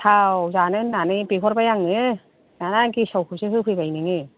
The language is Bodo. गोथाव जानो होननानै बिहरबाय आङो आरो गेसावखौसो होफैबाय नोङो